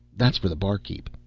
that's for the barkeep.